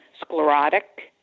sclerotic